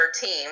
team